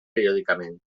periòdicament